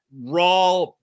raw